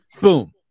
boom